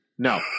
No